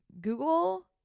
Google –